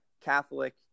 Catholic